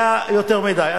היה יותר מדי.